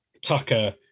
tucker